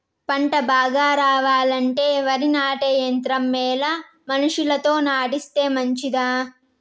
పంట బాగా రావాలంటే వరి నాటే యంత్రం మేలా మనుషులతో నాటిస్తే మంచిదా?